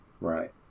Right